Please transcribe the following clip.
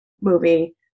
movie